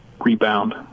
rebound